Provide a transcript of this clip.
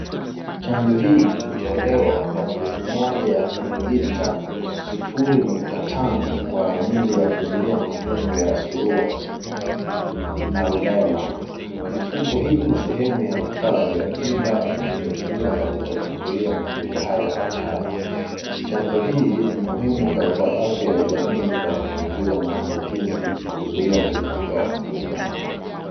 Chanjo hii hutolewa kwa dozi moja ya "millimetre" sufuri nukta tano kwa ajili ya kuzuia magonjwa ya surua na rubela, mifuko hii ni sehemu ya tiba vinavyotumiwa katika kuzuia magonjwa haya hatari, chanjo hii ni muhimu kwa afya ya jamii kwa kupunguza maambukizi na kuzuia mlipuko ya magonjwa haya.